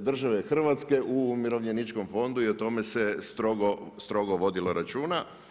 državne Hrvatske u umirovljeničkom fondu i o tome se strogo vodilo računa.